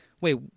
wait